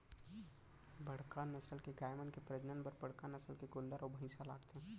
बड़का नसल के गाय मन के प्रजनन बर बड़का नसल के गोल्लर अउ भईंसा लागथे